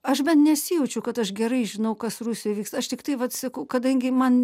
aš nesijaučiu kad aš gerai žinau kas rusijoj vyksta aš tiktai vat sakau kadangi man